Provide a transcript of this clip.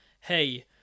hey